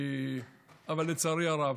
אבל לצערי הרב,